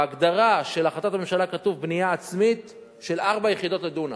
בהגדרה של החלטת הממשלה כתוב: בנייה עצמית של ארבע יחידות לדונם.